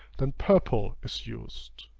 then purple is used.